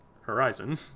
Horizon